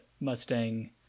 Mustang